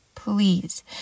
Please